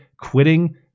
quitting